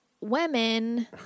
women